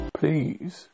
please